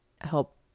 help